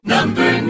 Number